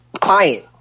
client